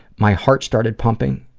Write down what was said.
my heart started pumping,